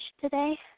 today